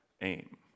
aim